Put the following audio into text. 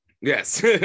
Yes